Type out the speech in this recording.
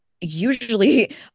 Usually